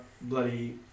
bloody